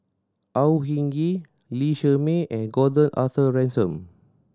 Au Hing Yee Lee Shermay and Gordon Arthur Ransome